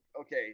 Okay